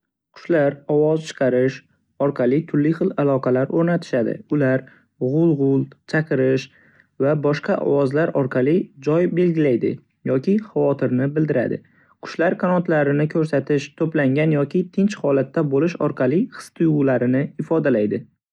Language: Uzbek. Qushlar ovoz chiqarish orqali turli xil aloqalar o'rnatishadi. Ular g'ul-g'ul, chaqiruv va boshqa ovozlar orqali joy belgilaydi yoki xavotirni bildiradi. Qushlar qanotlarini ko'rsatish, to'plangan yoki tinch holatda bo'lish orqali his-tuyg'ularini ifodalaydi.